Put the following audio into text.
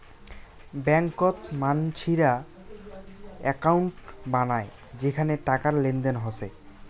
ব্যাংকত মানসিরা একউন্ট বানায় যেখানে টাকার লেনদেন হসে